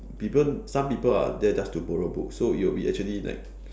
people some people are there just to borrow books so it will be actually like